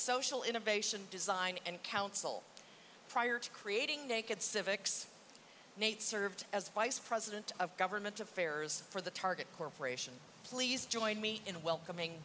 social innovation design and counsel prior to creating naked civics nate served as vice president of government affairs for the target corporation please join me in welcoming